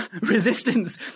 resistance